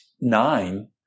nine